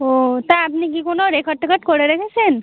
ও তা আপনি কি কোনো রেকর্ড টেকর্ড করে রেখেছেন